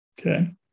Okay